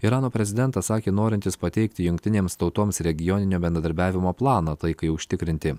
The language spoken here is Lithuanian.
irano prezidentas sakė norintis pateikti jungtinėms tautoms regioninio bendradarbiavimo planą taikai užtikrinti